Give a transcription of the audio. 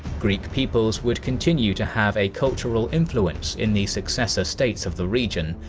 greek peoples would continue to have a cultural influence in the successor states of the region,